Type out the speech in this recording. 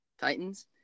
Titans